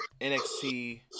NXT